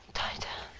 tighter